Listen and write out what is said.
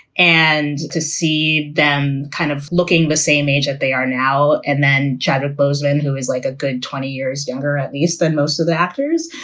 and to see them kind of looking the same age that they are now. and then kind of jarrard bozeman, who is like a good twenty years younger, at least than most of the actors,